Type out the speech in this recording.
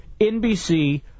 NBC